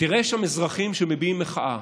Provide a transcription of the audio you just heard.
תראה שם אזרחים שמביעים מחאה.